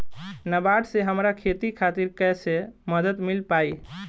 नाबार्ड से हमरा खेती खातिर कैसे मदद मिल पायी?